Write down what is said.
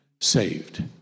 Saved